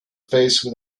face